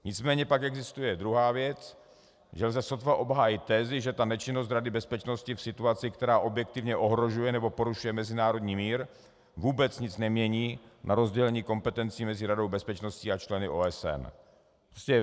Nicméně pak existuje druhá věc, že lze sotva obhájit tezi, že ta nečinnost Rady bezpečnosti v situaci, která objektivně ohrožuje nebo porušuje mezinárodní mír, vůbec nic nemění na rozdělení kompetencí mezi Radou bezpečnosti a členy OSN.